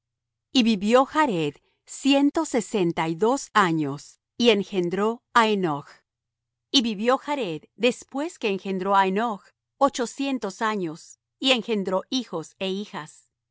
y vivió jared ciento sesenta y dos años y engendró á henoch y vivió jared después que engendró á henoch ochocientos años y engendró hijos é hijas